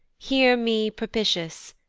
hear me propitious,